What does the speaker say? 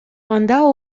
анда